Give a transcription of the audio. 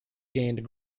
gained